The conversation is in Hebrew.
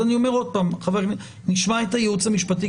אז אני אומר עוד פעם: נשמע את הייעוץ המשפטי,